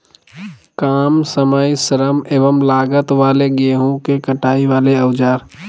काम समय श्रम एवं लागत वाले गेहूं के कटाई वाले औजार?